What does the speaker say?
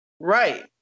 Right